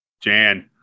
Jan